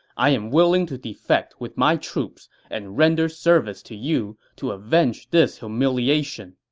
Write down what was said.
i am willing to defect with my troops and render service to you to avenge this humiliation.